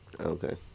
Okay